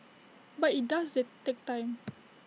but IT does take time